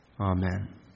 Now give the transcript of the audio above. Amen